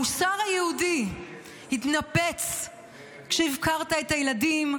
המוסר היהודי התנפץ כשהפקרת את הילדים,